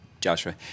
Joshua